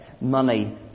money